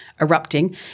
erupting